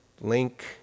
Link